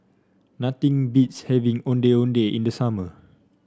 nothing beats having Ondeh Ondeh in the summer